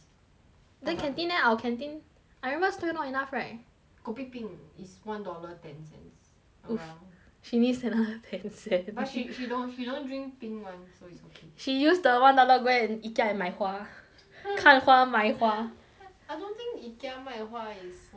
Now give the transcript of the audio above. no but then canteen leh our canteen I remember still not enough right kopi 冰 is one dollar ten cents !oof! around she needs another ten cents but she she she don't she don't drink 冰 [one] so it's okay she use the one dollar go and Ikea and 买花看花买花 I don't think Ikea 卖花 is one dollars sia